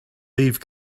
leave